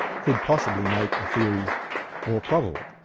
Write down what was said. could possibly make a theory more probable.